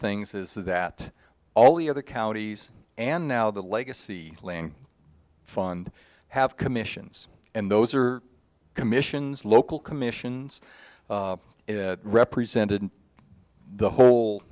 things is that all the other counties and now the legacy lng fund have commissions and those are commissions local commissions represented the whole